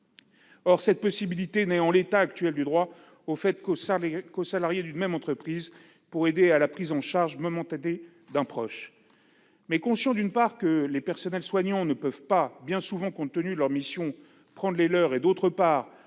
Cette possibilité n'est offerte, en l'état actuel du droit, qu'aux salariés d'une même entreprise, pour aider à la prise en charge momentanée d'un proche. Conscient, d'une part, que les personnels soignants ne peuvent souvent pas, compte tenu de leurs missions, prendre leurs jours de RTT et, d'autre part,